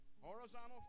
horizontal